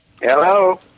Hello